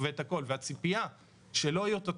וזה דבר שאני חושב שלא צריך להיות.